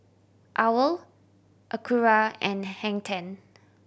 Owl Acura and Hang Ten